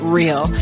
real